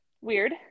Weird